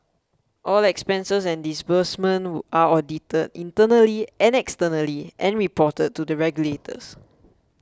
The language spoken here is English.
all expenses and disbursements are audited internally and externally and reported to the regulators